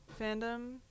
fandom